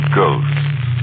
ghosts